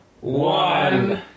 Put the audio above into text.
one